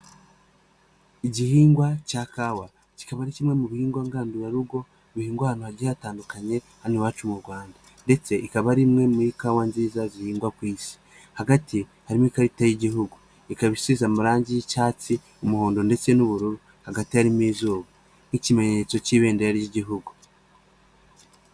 Igihingwa cya kawa, kikaba ari kimwe mu bihingwa ngandurarugo bihingwa ahantu hagiye hatandukanye hano iwacu mu rwanda ndetse ikaba ari imwe mu kawa nziza zihingwa ku'Isi, hagati harimo ikarita y'igihugu, ikaba isize amarangi y'icyatsi, umuhondo ndetse n'ubururu, hagati harimo izuba nk'ikimenyetso cy'ibendera ry'igihugu.